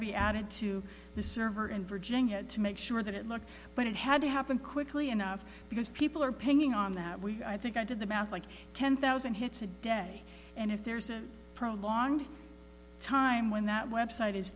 be added to the server in virginia to make sure that it looked but it had to happen quickly enough because people are pinging on that we i think i did the math like ten thousand hits a day and if there's a prolonged time when that website is